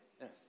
Yes